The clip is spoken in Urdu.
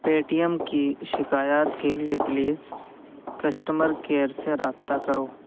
پے ٹی ایم کی شکایات کے لیے پلیز کسٹمر کیئر سے رابطہ کرو